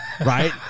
right